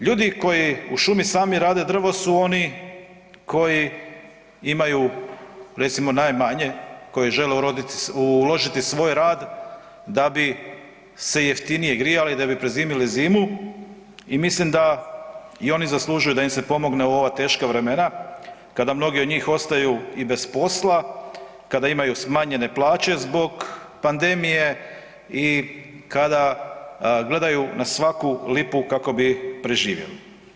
Ljudi koji u šumi sami rade drvo su oni koji imaju recimo najmanje koji žele uložiti svoj rad da bi se jeftinije grijali, da bi prezimili zimu i mislim da i oni zaslužuju da im se pomogne u ova teška vremena kada mnogi od njih ostaju i bez posla, kada imaju smanjene plaće zbog pandemije i kada gledaju na svaku lipu kako bi preživjeli.